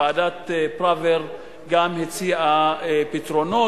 גם ועדת-פראוור הציעה פתרונות.